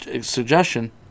suggestion